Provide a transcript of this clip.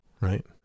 right